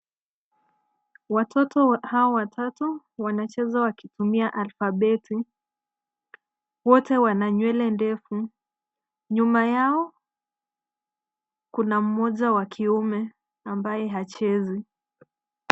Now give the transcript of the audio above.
Watoto hawa watatu wanacheza wakitumia alphabeti. Wote wana nywele ndefu. Nyuma yao kuna mmoja wa kiume ambaye hachezi.